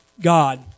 God